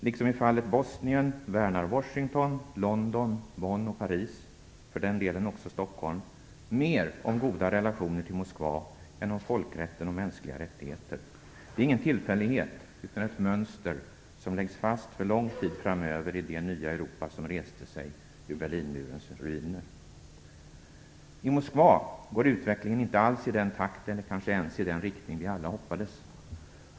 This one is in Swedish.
Liksom i fallet Bosnien värnar Washington, London, Bonn och Paris - för den delen också Stockholm - mer om goda relationer till Moskva än om folkrätten och mänskliga rättigheter. Det är ingen tillfällighet, utan ett mönster, som läggs fast för lång tid framöver i det nya Europa som reste sig ur Berlinmurens ruiner. I Moskva går utvecklingen inte alls i den takt eller kanske ens i den riktning vi alla hoppades.